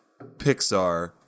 Pixar